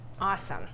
Awesome